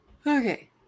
okay